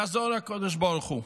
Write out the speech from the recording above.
יעזור הקדוש ברוך הוא,